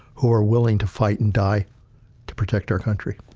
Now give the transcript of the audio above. who are willing to fight and die to protect our country.